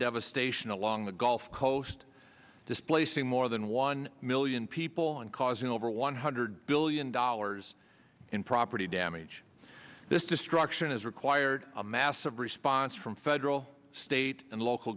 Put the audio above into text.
devastation along the gulf coast displacing more than one million people and causing over one hundred billion dollars in property damage this destruction is required a massive response from federal state and local